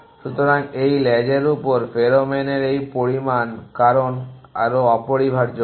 সুতরাং এই লেজের উপর ফেরোমন এই পরিমাণ কারণ আরো অপরিহার্যভাবে